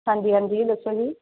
ਹਾਂਜੀ ਹਾਂਜੀ ਦੱਸੋ ਜੀ